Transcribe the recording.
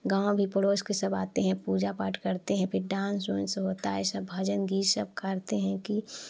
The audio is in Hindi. गाँव भी पड़ोस के सब आते हैं पूजा पाठ करते हैं फिर डांस वांस होता है ऐसा भजन गीत सब करते हैं कि